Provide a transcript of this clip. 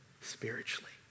spiritually